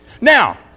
Now